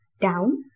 down